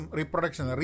reproduction